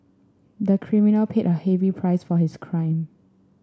the criminal paid a heavy price for his crime